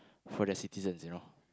for their citizens you know